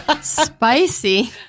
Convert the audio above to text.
Spicy